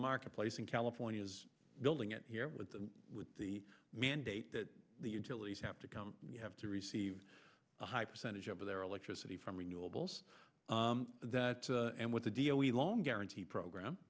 marketplace in california's building it here with the with the mandate that the utilities have to come you have to receive a high percentage of their electricity from renewables that and with a deal we long guarantee program